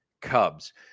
Cubs